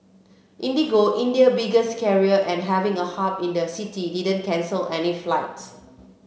IndiGo India biggest carrier and having a hub in the city didn't cancel any flights